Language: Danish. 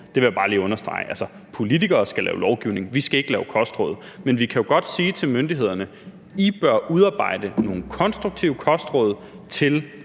Det vil jeg bare lige understrege. Altså, politikere skal lave lovgivning; vi skal ikke lave kostråd. Men vi kan godt sige til myndighederne: I bør udarbejde nogle konstruktive kostråd til